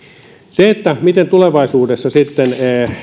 miten tulevaisuudessa sitten